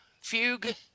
fugue